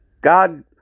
God